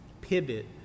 pivot